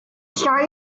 start